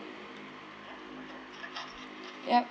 yup